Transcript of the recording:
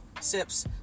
sips